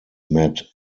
met